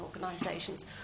organisations